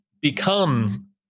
become